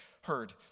heard